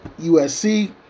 USC